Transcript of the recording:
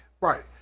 Right